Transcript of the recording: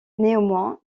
néanmoins